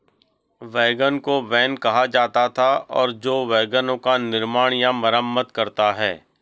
wagon को van कहा जाता था और जो वैगनों का निर्माण या मरम्मत करता है